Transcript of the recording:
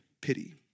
pity